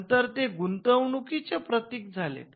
नंतर ते गुणवत्तेचे प्रतिक झालेत